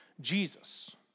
Jesus